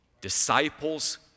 Disciples